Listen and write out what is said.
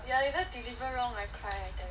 yeah because deliver wrong right I cry